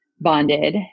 bonded